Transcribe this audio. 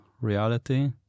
reality